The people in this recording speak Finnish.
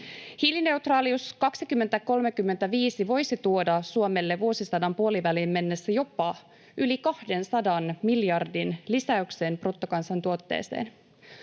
Hiilineutraalius 2035 voisi tuoda Suomelle vuosisadan puoliväliin mennessä jopa yli 200 miljardin lisäyksen bruttokansantuotteeseen.